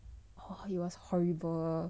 !wah! it was horrible